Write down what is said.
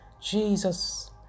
Jesus